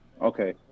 okay